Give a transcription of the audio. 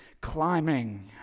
climbing